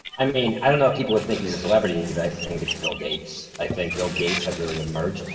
i mean, i don't know if people would think he's a celebrity, but i think it's bill gates. i think bill gates has really emerged.